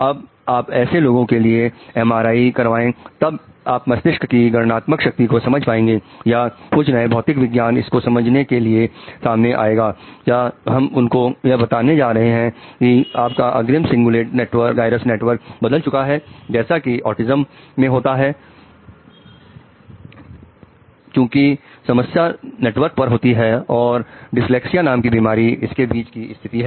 अब आप ऐसे लोगों के लिए एम आर आई नाम की बीमारी इनके बीच की स्थिति है